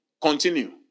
Continue